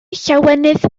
llawenydd